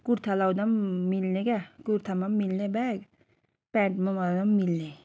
कुर्था लाउँदा पनि मिल्ने क्या कुर्थामा पनि मिल्ने ब्याग पेन्टमा लाउँदा पनि मिल्ने